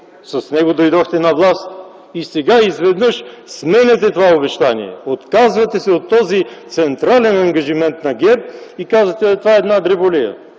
с него дойдохте на власт. И сега изведнъж сменяте това обещание, отказвате се от този централен ангажимент на ГЕРБ и казвате, че това е една дреболия,